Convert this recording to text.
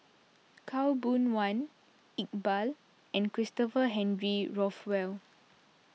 Khaw Boon Wan Iqbal and Christopher Henry Rothwell